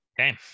Okay